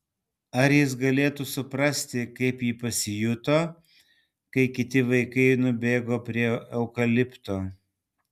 ar jis galėtų suprasti kaip ji pasijuto kai kiti vaikai nubėgo prie eukalipto